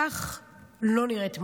כך לא נראית מנהיגות.